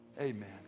Amen